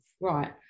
right